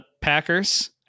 Packers